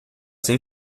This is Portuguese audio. sem